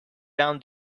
down